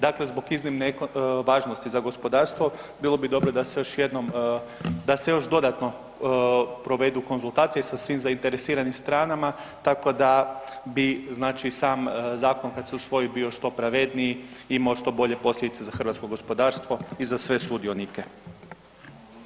Dakle zbog iznimne važnosti za gospodarstvo bilo bi dobro da se još jednom, da se još dodatno provedu konzultacije sa svim zainteresiranim stranama, tako da bi znači sam zakon, kad se usvoji bio što pravedniji i imao što bolje posljedice za hrvatsko gospodarstvo i za sve sudionike.